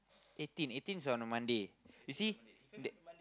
eighteen eighteen's on a Monday you see